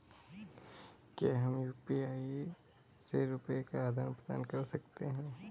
क्या हम यू.पी.आई से रुपये का आदान प्रदान कर सकते हैं?